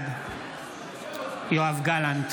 בעד יואב גלנט,